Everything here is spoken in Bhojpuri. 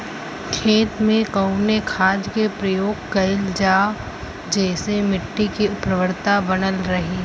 खेत में कवने खाद्य के प्रयोग कइल जाव जेसे मिट्टी के उर्वरता बनल रहे?